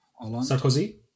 Sarkozy